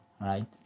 right